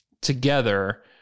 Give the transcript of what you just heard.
together